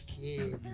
kids